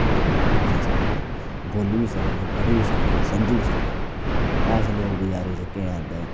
जेह्के संस्कृत बोली बी सकदे पढ़ी बी सकदे और समझी बी सकदे ते अस लोक बचारे जेह्के ऐ ते